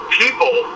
people